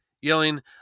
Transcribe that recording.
yelling